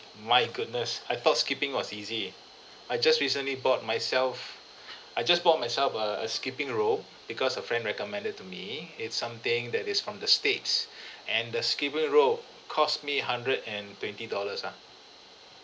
my goodness I thought skipping was easy I just recently bought myself I just bought myself a a skipping rope because a friend recommended to me it's something that is from the states and the skipping rope cost me hundred and twenty dollars ah